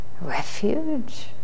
Refuge